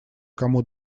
кому